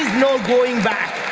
no going back